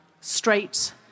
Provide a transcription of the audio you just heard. straight